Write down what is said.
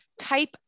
type